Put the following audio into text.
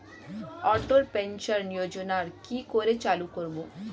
অটল pension যোজনার কি করে চালু করব?